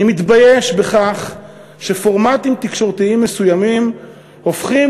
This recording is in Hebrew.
אני מתבייש בכך שפורמטים תקשורתיים מסוימים הופכים